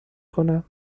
کنم